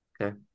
Okay